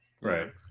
right